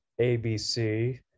abc